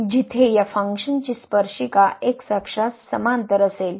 जिथे या फंक्शनची स्पर्शिका एक्स अक्ष्यास समांतर असेल